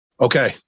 okay